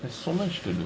there's so much to do